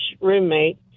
roommate